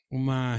uma